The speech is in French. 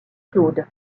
claude